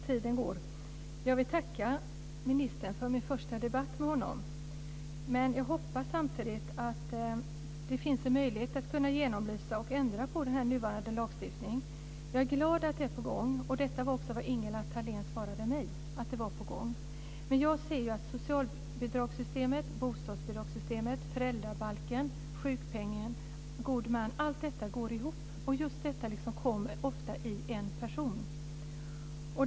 Fru talman! Jag vill tacka ministern för min första debatt med honom. Men samtidigt hoppas jag att det finns en möjlighet att genomlysa och ändra på nuvarande lagstiftning. Jag är glad över att ett sådant arbete är på gång. Det var också det som Ingela Thalén svarade mig. Socialbidragssystemet, bostadsbidragssystemet, föräldrabalken, sjukpenningen, god man hänger ihop, oftast hos en person.